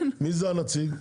מי זה הנציג?